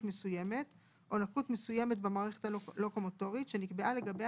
מסוימת או לקות מסוימת במערכת הלוקומוטורית שנקבעה לגביה,